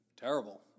terrible